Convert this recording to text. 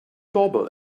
doorbell